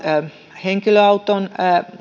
henkilöauton